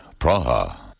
Praha